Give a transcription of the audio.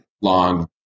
long